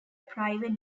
private